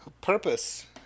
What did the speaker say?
purpose